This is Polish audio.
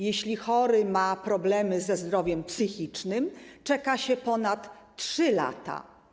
Jeśli chory ma problemy ze zdrowiem psychicznym, czeka się ponad 3 lata.